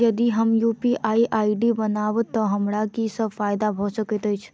यदि हम UPI ID बनाबै तऽ हमरा की सब फायदा भऽ सकैत अछि?